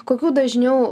kokių dažniau